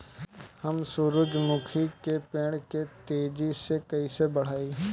हम सुरुजमुखी के पेड़ के तेजी से कईसे बढ़ाई?